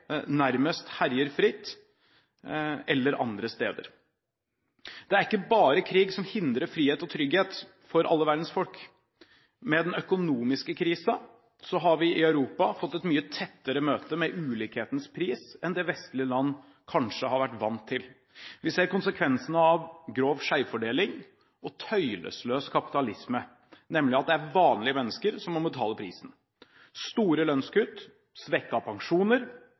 nærmest herjer fritt, eller andre steder. Det er ikke bare krig som hindrer frihet og trygghet for alle verdens folk. Med den økonomiske krisen har vi i Europa fått et mye tettere møte med ulikhetens pris enn det vestlige land kanskje har vært vant til. Vi ser konsekvensene av grov skjevfordeling og tøylesløs kapitalisme, nemlig at det er vanlige mennesker som må betale prisen. Det er store lønnskutt, svekkede pensjoner,